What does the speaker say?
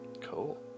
Cool